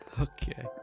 Okay